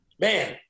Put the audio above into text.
Man